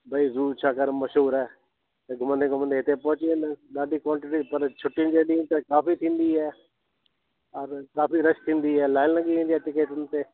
भई ज़ू छाकाणि मशहूरु आहे त घुमंदे घुमंदे हिते पहुची वेंदा आहिनि ॾाढी क्वांटीटी मतिलब छुट्टी जे ॾींहुं भीड़ त काफी थींदी आहे ओर काफी रश थींदी आहे लाइन लगी वेंदी आहे टिकेटनि ते